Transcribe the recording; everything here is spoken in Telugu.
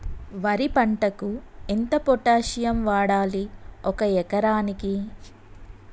వరి పంటకు ఎంత పొటాషియం వాడాలి ఒక ఎకరానికి?